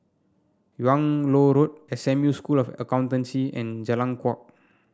Yung Loh Road S M U School of Accountancy and Jalan Kuak